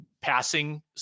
passing